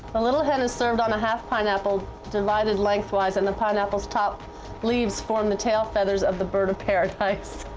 the little hen is served on a half pineapple divided lengthwise and the pineapple's top leaves form the tail feathers of the bird of paradise.